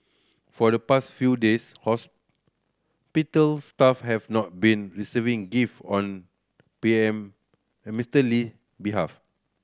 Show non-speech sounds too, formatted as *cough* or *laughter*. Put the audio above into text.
for the past few days hospital staff have not been receiving gift on P M *hesitation* Mister Lee behalf